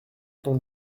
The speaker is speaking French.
ton